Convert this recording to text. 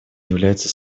является